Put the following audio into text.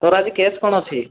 ତୋର ଆଜି କେସ୍ କ'ଣ ଅଛି